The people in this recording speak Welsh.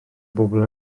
bobol